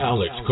Alex